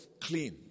clean